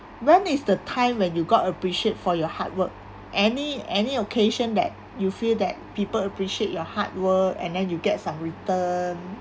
when is the time when you got appreciate for your hard work any any occasion that you feel that people appreciate your hard work and then you get some return